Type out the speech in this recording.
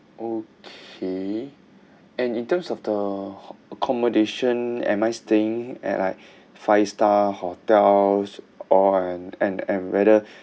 okay and in terms of the accommodation am I staying at like five star hotels or and and and whether